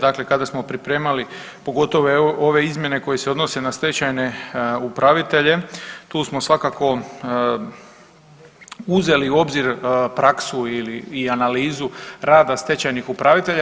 Dakle, kada smo pripremali pogotovo ove izmjene koje se odnose na stečajne upravitelje tu smo svakako uzeli u obzir praksu i analizu rada stečajnih upravitelja.